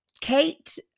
Kate